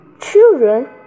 Children